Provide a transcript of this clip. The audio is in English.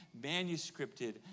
manuscripted